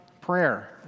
prayer